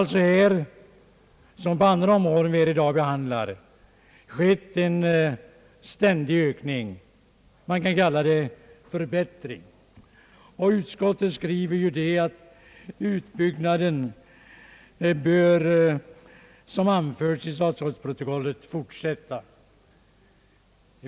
Liksom på andra områden som vi i dag behandlar har här alltså skett en ständig ökning — man kan kalla det förbättring — och utskottet skriver att utbyggnaden, såsom anförts i statsrådsprotokollet, bör fortsätta.